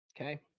okay